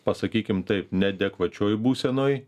pasakykim taip neadekvačioj būsenoj